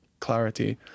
clarity